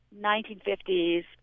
1950s